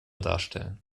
darstellen